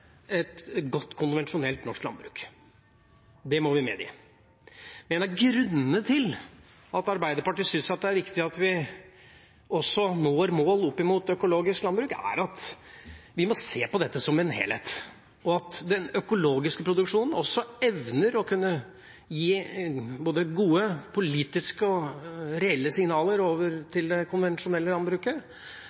et godt konvensjonelt norsk landbruk. Det må vi medgi. En av grunnene til at Arbeiderpartiet syns det er viktig at vi også når mål innen økologisk landbruk, er at vi må se på dette som en helhet, og at den økologiske produksjonen evner å kunne gi både gode politiske og reelle signaler til det konvensjonelle landbruket